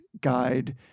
guide